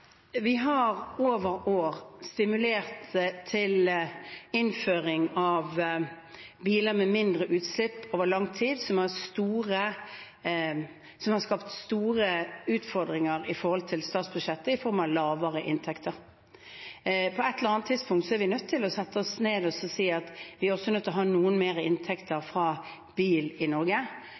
Vi har over år stimulert til innføring av biler med mindre utslipp, noe som har skapt store utfordringer for statsbudsjettet i form av lavere inntekter. På et eller annet tidspunkt er vi nødt til å sette oss ned og si at vi er nødt til også å ha noe mer inntekter fra bil i Norge,